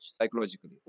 psychologically